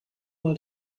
mal